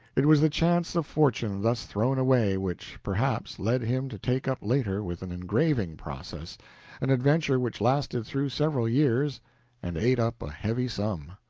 it was the chance of fortune thus thrown away which, perhaps, led him to take up later with an engraving process an adventure which lasted through several years and ate up a heavy sum.